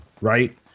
right